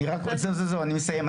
אני מסיים,